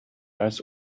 als